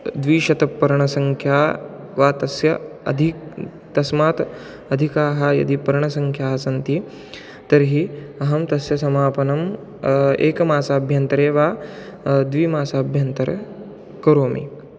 द्विशतपर्णसङ्ख्या वा तस्य अधिकं तस्मात् अधिकाः यदि पर्णसङ्ख्याः सन्ति तर्हि अहं तस्य समापनं एकमासाभ्यन्तरे वा द्विमासाभ्यन्तरे करोमि